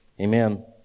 Amen